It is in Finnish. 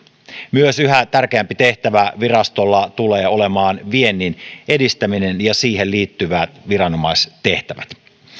yhä tärkeämpi tehtävä virastolla tulee olemaan myös viennin edistäminen ja siihen liittyvät viranomaistehtävät